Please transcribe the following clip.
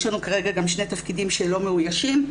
יש לנו כרגע גם שני תפקידים שלא מאוישים,